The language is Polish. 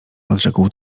odrzekł